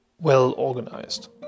well-organized